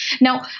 Now